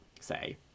say